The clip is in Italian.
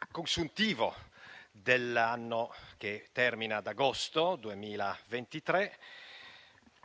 il consuntivo dell'anno che termina ad agosto 2023,